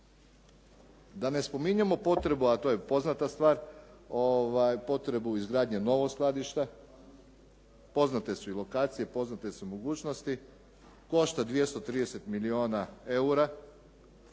Da ne spominjemo potrebu, a to je poznata stvar, potrebu izgradnje novog skladišta. Poznate su i lokacije, poznate su mogućnosti, košta 230 milijuna eura.